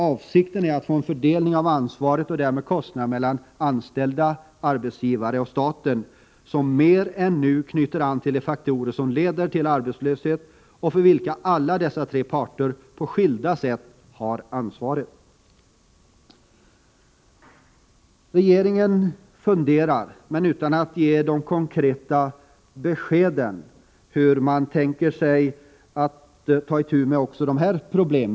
Avsikten är att få en fördelning av ansvaret och därmed kostnaderna mellan anställda, arbetsgivare och staten som mer än nu knyter an till de faktorer som leder till arbetslöshet och för vilka alla dessa tre parter på skilda sätt har ett ansvar. Regeringen funderar, men ger inga konkreta besked om hur den tänker ta itu med dessa problem.